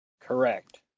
Correct